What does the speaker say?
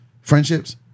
friendships